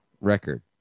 record